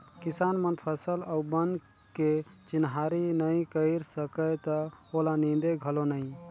किसान मन फसल अउ बन के चिन्हारी नई कयर सकय त ओला नींदे घलो नई